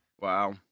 Wow